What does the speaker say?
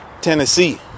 Tennessee